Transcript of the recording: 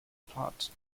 plots